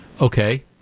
Okay